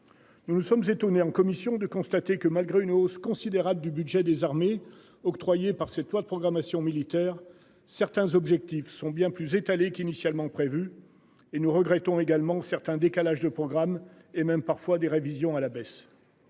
Nous nous sommes étonnés en commission de constater que, malgré une hausse. Considérable du budget des armées octroyée par cette loi de programmation militaire certains objectifs. Sont bien plus étalés qu'initialement prévu. Et nous regrettons également certain certains décalage de programme et même parfois des révisions à la baisse.